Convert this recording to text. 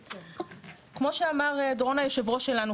כמו שאמר דורון היו"ר שלנו,